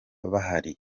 bahari